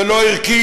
זה לא ערכי,